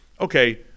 Okay